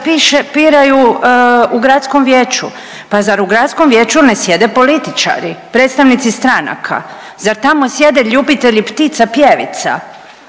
biraju u gradskom vijeću. Pa zar u gradskom vijeću ne sjede političari, predstavnici stranaka, zar tamo sjede ljubitelji ptica pjevica.